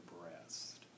breast